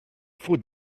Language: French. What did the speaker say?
faut